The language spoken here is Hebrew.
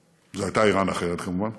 זו הייתה איראן אחרת, כמובן,